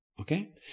Okay